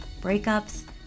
breakups